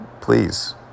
please